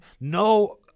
no